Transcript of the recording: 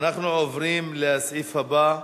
אנחנו עוברים לסעיף הבא: